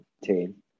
team